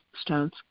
stones